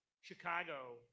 Chicago